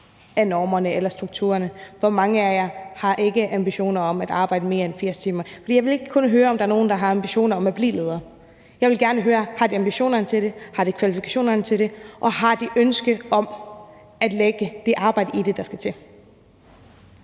af normerne eller strukturerne, og hvor mange af dem der ikke har ambitioner om at arbejde mere end 80 timer. For jeg vil ikke kun høre, om der er nogen, der har ambitioner om at blive leder. Jeg vil gerne høre, om de har ambitionerne til det, om de har kvalifikationerne til det, og om de har et ønske om at lægge det arbejde i det, der skal til.